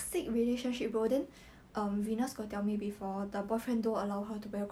and remember that time I tell you that time we go cliff house to make the prototype right for our project